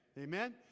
Amen